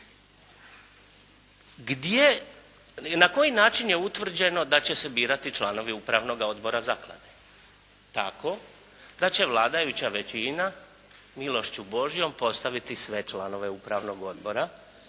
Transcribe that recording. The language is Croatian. na koji način je utvrđeno da će se birati članovi upravnog odbora zaklade? Tako da će vladajuća većina milošću Božjom postaviti sve članove upravnog odbora